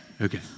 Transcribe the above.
Okay